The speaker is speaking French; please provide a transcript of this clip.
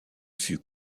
fut